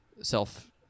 self